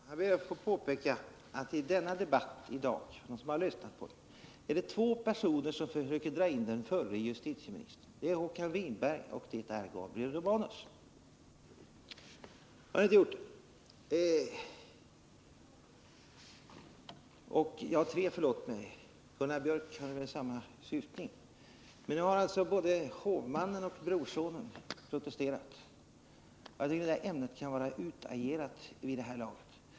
Herr talman! Jag ber att få påpeka att i denna debatt i dag är det två personer som försöker dra in den förre justitieministern: Håkan Winberg och Gabriel Romanus. Jag har inte gjort det. En tredje, Gunnar Biörck i Värmdö, hade väl samma syftning. Nu har alltså både hovmannen och brorsonen snyftat. Jag tycker att ämnet kan vara utagerat vid det här laget.